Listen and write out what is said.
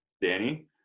Danny